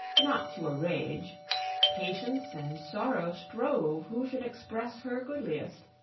not to a rage patience and sorrow strove who should express her goodliest.